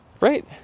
Right